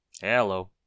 Hello